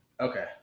Okay